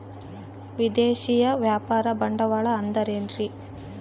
ವಿದೇಶಿಯ ವ್ಯಾಪಾರ ಬಂಡವಾಳ ಅಂದರೆ ಏನ್ರಿ?